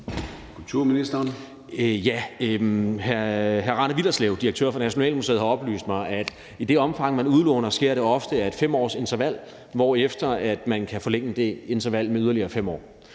Hr. Rane Willerslev, direktør for Nationalmuseet, har oplyst mig, at i det omfang, man udlåner, sker det ofte i et 5-årsinterval, hvorefter man kan forlænge det interval med yderligere 5 år.